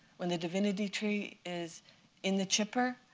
when the divinity tree is in the chipper,